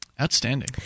Outstanding